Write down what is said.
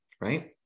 right